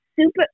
super